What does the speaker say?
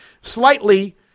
slightly